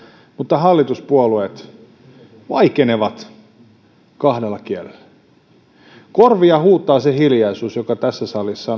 mutta hallituspuolueet vaikenevat kahdella kielellä korviin huutaa se hiljaisuus jossa tässä salissa